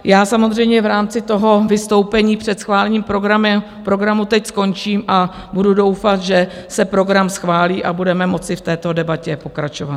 Já samozřejmě v rámci vystoupení před schválením programu teď skončím a budu doufat, že se program schválí a budeme moci v této debatě pokračovat.